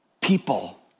people